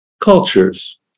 cultures